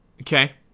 Okay